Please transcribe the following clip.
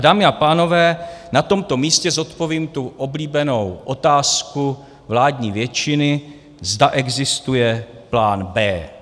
Dámy a pánové, na tomto místě zodpovím tu oblíbenou otázku vládní většiny, zda existuje plán B.